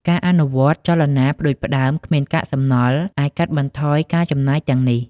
ការអនុវត្តចលនាផ្តួចផ្តើមគ្មានកាកសំណល់អាចកាត់បន្ថយការចំណាយទាំងនេះ។